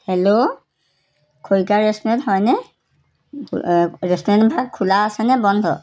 hello খৰিকা restaurant হয়নে restaurant ভাগ খোলা আছেনে বন্ধ